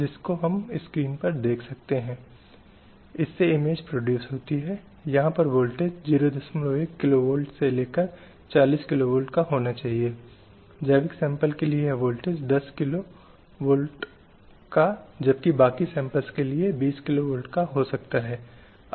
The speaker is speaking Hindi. इस संबंध में महिलाओं के राजनीतिक अधिकारों पर एक सम्मेलन 1953 था जिसमें विशेष रूप से महिलाओं ने यह उल्लेख किया था कि सभी चुनावों में महिलाओं को वोट देने का अधिकार होगा महिलाएं भी चुनाव लड़ने के लिए पात्र हैं वे सार्वजनिक पद पर रहने और सभी सार्वजनिक कार्य करने की हकदार होंगी